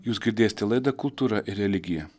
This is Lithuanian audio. jūs girdėsite laidą kultūra ir religija